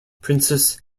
princess